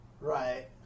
Right